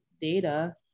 data